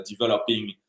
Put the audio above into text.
developing